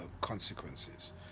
consequences